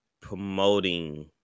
promoting